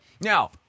Now